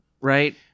Right